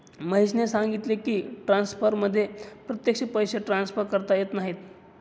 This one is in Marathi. महेशने सांगितले की, ट्रान्सफरमध्ये प्रत्यक्ष पैसे ट्रान्सफर करता येत नाहीत